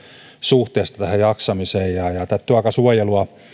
suhteesta jaksamiseen ja työaikasuojelua